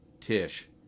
Tish